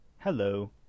Hello